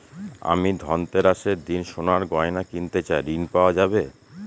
আমি ধনতেরাসের দিন সোনার গয়না কিনতে চাই ঝণ পাওয়া যাবে?